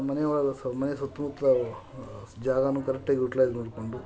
ಮನೆ ಒಳಗೆ ಸ ಮನೆ ಸುತ್ತು ಮುತ್ತಲು ಜಾಗನೂ ಕರೆಕ್ಟಾಗಿ ಯುಟಿಲೈಜ್ ಮಾಡಿಕೊಂಡು